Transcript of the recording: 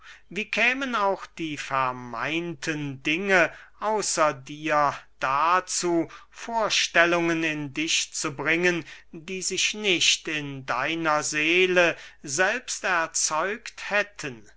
wie kämen auch die vermeinten dinge außer dir dazu vorstellungen in dich zu bringen die sich nicht in deiner seele selbst erzeugt hätten